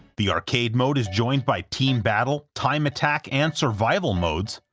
the arcade mode is joined by team battle, time attack, and survival modes,